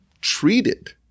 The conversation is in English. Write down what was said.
treated